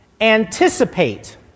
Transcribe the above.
Anticipate